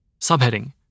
Subheading